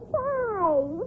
five